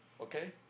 okay